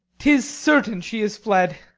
tis certain she is fled.